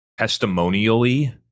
testimonially